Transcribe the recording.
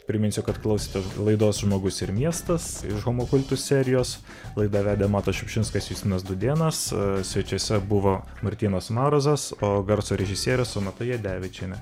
priminsiu kad klausėte laidos žmogus ir miestas iš homo kultus serijos laidą vedė matas šiupšinskas justinas dudėnas svečiuose buvo martynas marozas o garso režisierė sonata jadevičienė